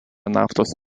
naftos